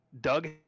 Doug